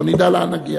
לא נדע לאן נגיע.